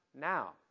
Now